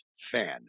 fan